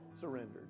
surrendered